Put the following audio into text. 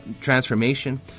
transformation